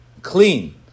clean